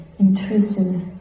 intrusive